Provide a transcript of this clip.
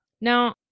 Now